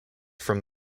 from